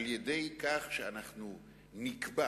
על-ידי כך שאנחנו נקבע